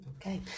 Okay